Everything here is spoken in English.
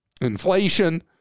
inflation